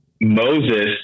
Moses